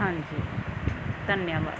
ਹਾਂਜੀ ਧੰਨਵਾਦ